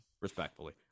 respectfully